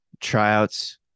tryouts